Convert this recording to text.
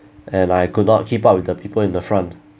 and I could not keep up with the people in the front